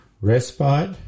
respite